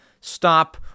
stop